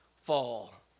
fall